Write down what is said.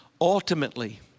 Ultimately